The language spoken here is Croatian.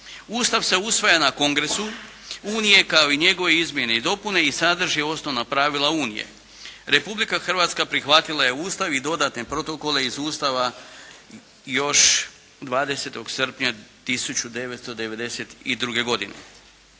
Ustav se usvaja na Kongresu Unije kao i njegove izmjene i dopune i sadrži osnovna pravila Unija. Republika Hrvatska prihvatila je Ustav i dodatne protokole iz Ustava još 20. srpnja 1992. godine.